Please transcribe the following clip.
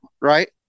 Right